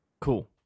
Cool